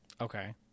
okay